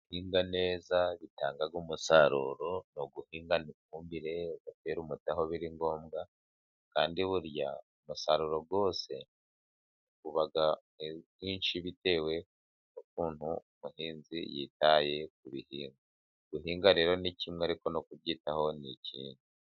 Guhinga neza bitanga umusaruro ni uguhingana ifumbire bagatera umuti aho biri ngombwa, kandi burya umusaruro wose uba mwinshi bitewe n'ukuntu umuhinzi yitaye ku gihingwa, guhinga rero ni kimwe ariko no kubyitaho ni ikindi.